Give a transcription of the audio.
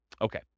Okay